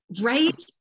right